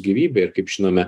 gyvybė ir kaip žinome